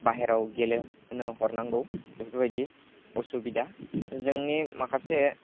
बाहेराव गेलेहोनो हरनांगौ बेफोरबायदि असुबिदा जोंनि माखासे